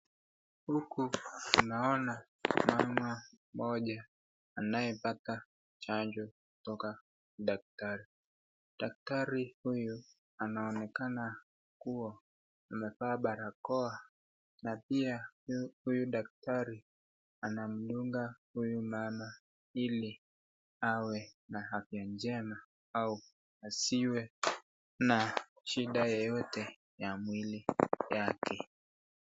Huku unaona mama mmoja anayepata chanjo kutoka kwa daktari. Daktari huyu anaonekana kuwa amevaa barakoa na pia huyu daktari anamchunga huyu mama ili awe na afya njema au asiwe na shida yoyote ya mwili wake.